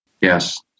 yes